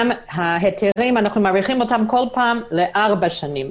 גם את ההיתרים אנחנו מאריכים בכל פעם לארבע שנים.